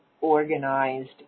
organized